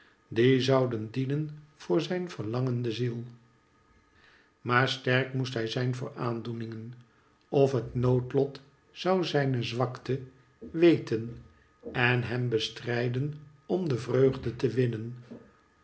die zouden dienen zijn verlangende ziel maar sterk moest hij zijn voor aandoeningen of het noodlot zou zijne zwakte weten en hem bestrijden om de vreugde te winnen